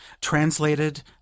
translated